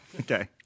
Okay